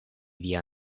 via